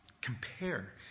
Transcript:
compare